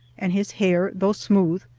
and his hair, though smooth,